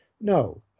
no